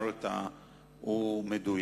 אכן התיאור שתיארת הוא מדויק,